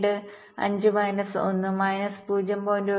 75 minus 1 minus 0